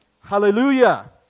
hallelujah